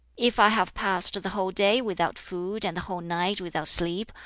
if i have passed the whole day without food and the whole night without sleep,